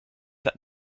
that